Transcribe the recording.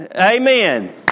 amen